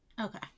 Okay